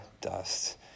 dust